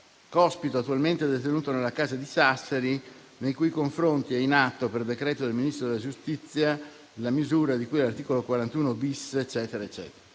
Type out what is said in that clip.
Cospito «attualmente detenuto nella casa di Sassari, nei cui confronti è in atto, per decreto del Ministro della giustizia, la misura di cui all'articolo 41-*bis*»; poi così